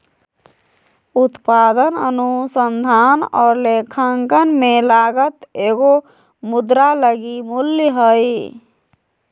उत्पादन अनुसंधान और लेखांकन में लागत एगो मुद्रा लगी मूल्य हइ